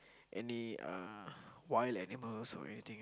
any uh wild animals or anything